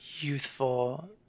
youthful